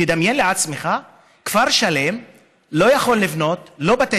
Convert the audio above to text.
תדמיין לעצמך כפר שלם שלא יכול לבנות לא בתי